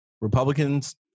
Republicans